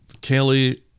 Kelly